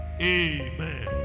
Amen